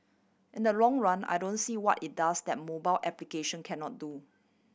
in the long run I don't see what it does that mobile application cannot do